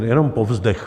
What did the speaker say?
Jenom povzdech.